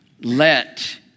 let